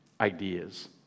ideas